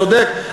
צודק.